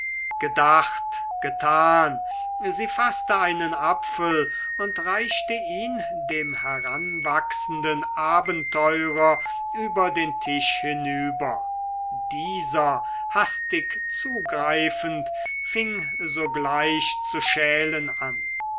gedacht getan sie faßte einen apfel und reichte ihn dem heranwachsenden abenteurer über den tisch hinüber dieser hastig zugreifend fing sogleich zu schälen an